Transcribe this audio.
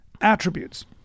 attributes